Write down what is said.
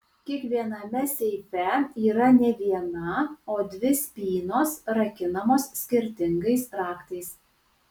kiekviename seife yra ne viena o dvi spynos rakinamos skirtingais raktais